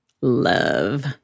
love